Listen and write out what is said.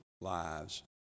lives